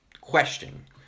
question